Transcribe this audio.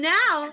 now